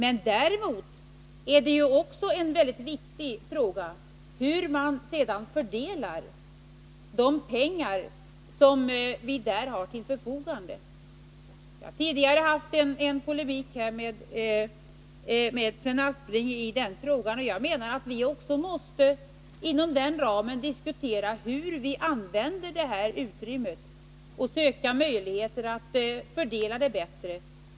En annan och viktig fråga är hur man sedan fördelar de pengar som vi har till förfogande. Jag har tidigare haft en polemik med Sven Aspling i denna fråga. Jag menar att vi också måste diskutera hur vi använder utrymmet inom den givna ramen och söka möjligheter att fördela detta bättre.